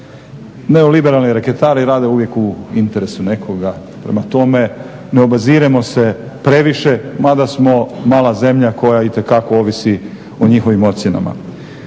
neoliberalni reketari i rade uvijek u interesu nekoga. Prema tome, ne obaziremo se previše mada smo mala zemlja koja itekako ovisi o njihovim ocjenama.